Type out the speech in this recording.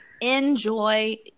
Enjoy